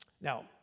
Now